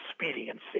expediency